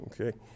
Okay